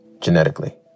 genetically